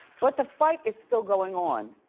but the fight is still going on.